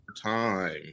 time